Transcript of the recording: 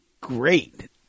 great